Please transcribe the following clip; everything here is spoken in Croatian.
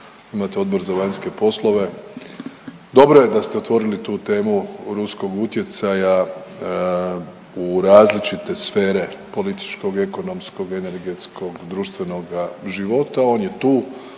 Imate Odbor za vanjske poslove. Dobro je da ste otvorili tu temu o ruskom utjecaju u različite sfere političkog i ekonomskog, energetskog, društvenoga života. On je tu,